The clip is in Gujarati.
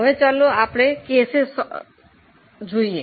હવે ચાલો આપણે કેસીસ પણ જોઈએ